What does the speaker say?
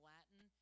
Latin